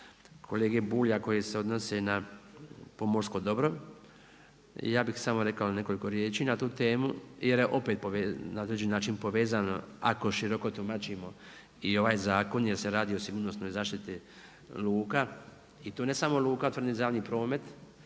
kolege Bulja koje se odnose na pomorsko dobro. Ja bih samo rekao nekoliko riječi na tu temu, jer je opet na određeni način povezano ako široko tumačimo i ovaj zakon, jer se radi o sigurnosnoj zaštiti luka i to ne samo luka otvorenih za javni promet,